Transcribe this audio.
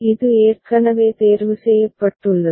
இது ஏற்கனவே தேர்வுசெய்யப்பட்டுள்ளது